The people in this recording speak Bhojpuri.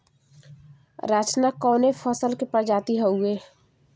रचना कवने फसल के प्रजाति हयुए?